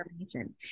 information